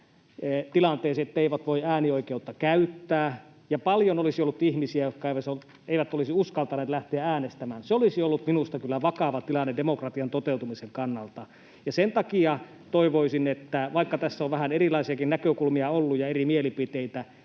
tilanteeseen, ettei voi äänioikeutta käyttää, ja paljon olisi ollut ihmisiä, jotka eivät olisi uskaltaneet lähteä äänestämään, se olisi ollut minusta kyllä vakava tilanne demokratian toteutumisen kannalta. Ja sen takia toivoisin, että vaikka tässä on ollut vähän erilaisiakin näkökulmia ja eri mielipiteitä,